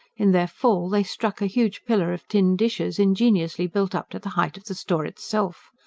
in their fall they struck a huge pillar of tin-dishes, ingeniously built up to the height of the store itself.